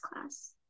class